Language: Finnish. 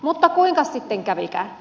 mutta kuinkas sitten kävikään